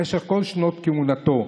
במשך כל שנות כהונתו,